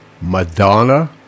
Madonna